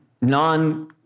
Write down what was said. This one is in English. non